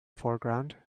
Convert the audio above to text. foreground